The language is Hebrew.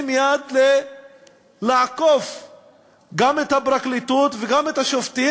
יד לעקוף גם את הפרקליטות וגם את השופטים,